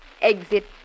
Exit